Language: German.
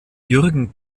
jürgen